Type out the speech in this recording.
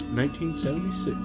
1976